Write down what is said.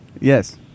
Yes